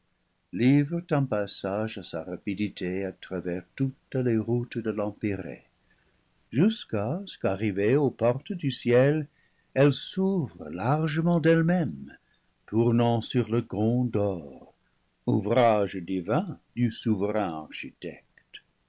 un passage à sa rapidité à travers toutes les roules de l'empyrée jusqu'à ce qu'arrivé aux portes du ciel elles s'ouvrent largement d'elles-mêmes tournant sur leurs gonds d'or ouvrages divin du souverain architecte